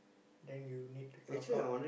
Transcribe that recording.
then you need to clock out